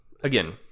again